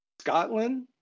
Scotland